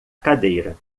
cadeira